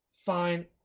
fine